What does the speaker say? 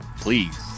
please